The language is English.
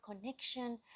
connection